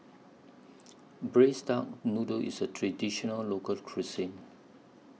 Braised Duck Noodle IS A Traditional Local Cuisine